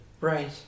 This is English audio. Right